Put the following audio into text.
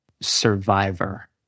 Survivor